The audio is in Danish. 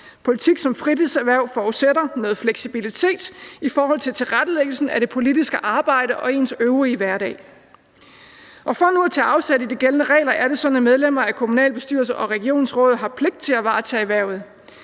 Politik som fritidserhverv forudsætter noget fleksibilitet i forhold til tilrettelæggelsen af det politiske arbejde og ens øvrige hverdag. Og for nu at tage afsæt i de gældende regler er det sådan, at medlemmer af kommunalbestyrelser og regionsråd har pligt til at varetage hvervet.